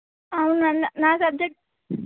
అవునా నా సబ్జెక్ట్